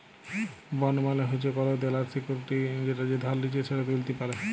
bond মালে হচ্যে কল দেলার সিকুইরিটি যেটা যে ধার লিচ্ছে সে ত্যুলতে পারে